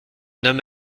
homme